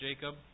Jacob